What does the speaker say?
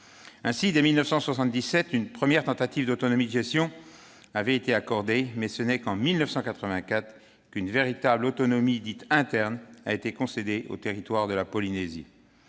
Ainsi, dès 1977, une première tentative d'autonomie de gestion avait été mise en oeuvre, mais ce n'est qu'en 1984 qu'une véritable autonomie dite « interne » a été concédée au territoire de la Polynésie.